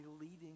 leading